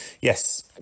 yes